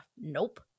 Nope